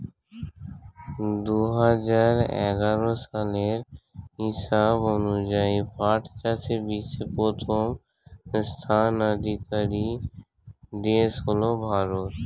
দুহাজার এগারো সালের হিসাব অনুযায়ী পাট চাষে বিশ্বে প্রথম স্থানাধিকারী দেশ হল ভারত